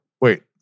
Wait